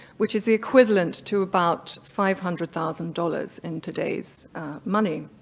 which is the equivalent to about five hundred thousand dollars in today's money.